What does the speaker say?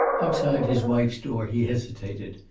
outside his wife's door he hesitated.